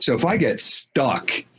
so if i get stuck,